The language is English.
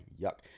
Yuck